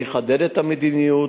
אני אחדד את המדיניות,